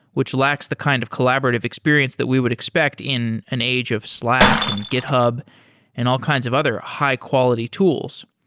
which lacks the kind of collaborative experience that we would expect in an age of slack and github and all kinds of other high-quality tools.